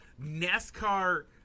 NASCAR